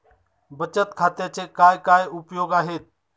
बचत खात्याचे काय काय उपयोग आहेत?